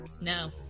No